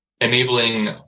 enabling